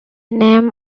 name